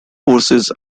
forces